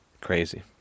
Crazy